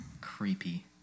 Creepy